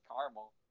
caramel